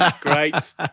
Great